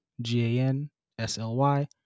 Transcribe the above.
G-A-N-S-L-Y